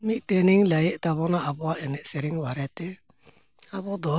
ᱢᱤᱫ ᱴᱮᱱᱤᱧ ᱞᱟᱹᱭᱮᱫ ᱛᱟᱵᱚᱱᱟ ᱟᱵᱚᱣᱟᱜ ᱮᱱᱮᱡ ᱥᱮᱨᱮᱧ ᱵᱟᱨᱮᱛᱮ ᱟᱵᱚ ᱫᱚ